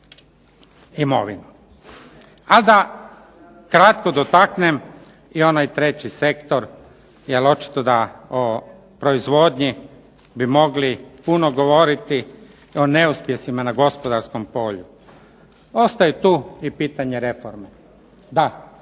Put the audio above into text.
imovinu. A da kratko dotaknem i onaj treći sektor, jer očito da o proizvodnji bi mogli puno govoriti, o neuspjesima na gospodarskom polju. Ostaju tu i pitanje reforme. Da,